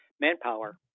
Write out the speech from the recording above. manpower